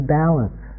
balance